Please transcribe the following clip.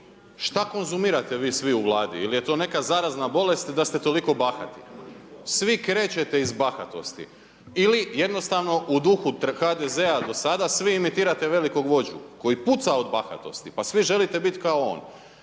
šta konzumirate vi svi u Vladi? Il je to neka zarazna bolest da ste toliko bahati? Svi krećete iz bahatosti. Ili jednostavno u duhu HDZ-a do sada, svi imitirate velikog vođu koji puca od bahatosti, pa svi želite biti kao on.